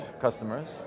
customers